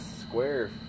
square